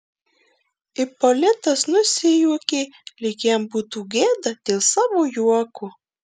ipolitas nusijuokė lyg jam būtų gėda dėl savo juoko